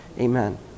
amen